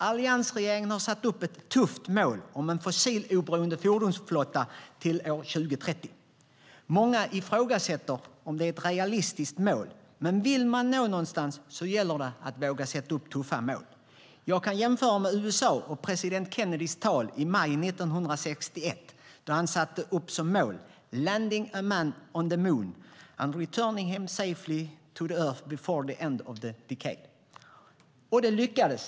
Alliansregeringen har satt upp ett tufft mål om en fossiloberoende fordonsflotta till år 2030. Många ifrågasätter om det är ett realistiskt mål, men vill man nå någonstans gäller det våga sätta upp tuffa mål. Jag kan jämföra med USA och president Kennedy som i maj 1961 i ett tal satte som mål: landing a man on the moon and returning him safely to the earth before the end of the decade. Det lyckades.